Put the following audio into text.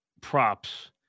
props